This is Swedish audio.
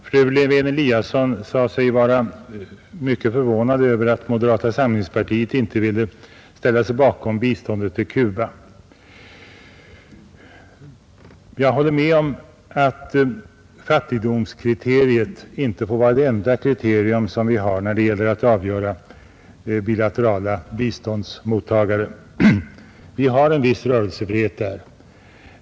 Fru talman! Fru Lewén-Eliasson sade sig vara förvånad över att moderata samlingspartiet inte ville ställa sig bakom biståndet till Cuba. Jag håller med om att fattigdomskriteriet inte får vara det enda kriterium som vi har när det gäller att utse bilaterala biståndsmottagare. Vi har en viss rörelsefrihet i det avseendet.